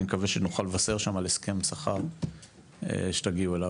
אני מקווה שנוכל לבשר שם על הסכם שכר שתגיעו אליו.